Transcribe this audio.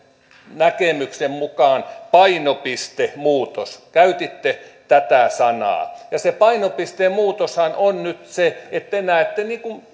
näkemyksen mukaan painopistemuutos käytitte tätä sanaa ja se painopisteen muutoshan on nyt se että te näette